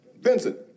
Vincent